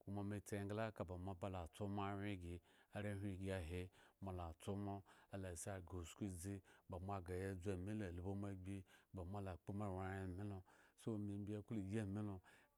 koma tsi engla ka ba moaba bala tso moawyen gi, arehwin gi ahe ala tso mo ala si aghre usku idzi bamo aghre ya dzu amilo albu mo agbi ba mo ala kpo ewayhren amilo so me imbi klo yi amilo.